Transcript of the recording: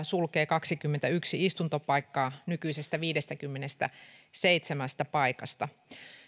sulkee kaksikymmentäyksi istuntopaikkaa nykyisistä viidestäkymmenestäseitsemästä paikasta